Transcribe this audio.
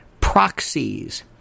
proxies